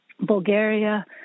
Bulgaria